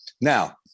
Now